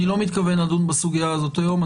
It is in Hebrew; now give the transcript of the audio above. אני לא מתכוון לדון בסוגיה הזאת היום.